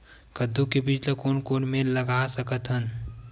कददू के बीज ला कोन कोन मेर लगय सकथन?